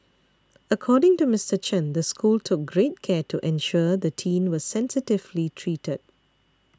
according to Mister Chen the school took great care to ensure the teen was sensitively treated